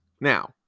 now